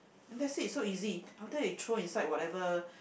that's it so easy sometimes you throw inside whatever